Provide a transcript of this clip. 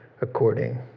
according